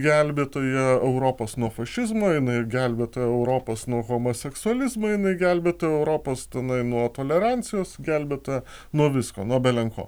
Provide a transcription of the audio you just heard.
gelbėtoja europos nuo fašizmo jinai gelbėtoja europos nuo homoseksualizmo jinai gelbėtoja europos tenai nuo tolerancijos gelbėtoja nuo visko nuo belenko